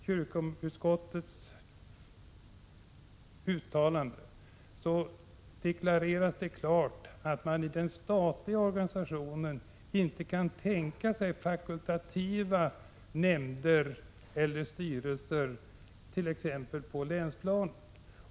Kyrkolagsutskottet deklarerar klart i sitt uttalande att man i den statliga Organisationen inte kan tänka sig fakultativa nämnder eller styrelser t.ex. på länsplanet.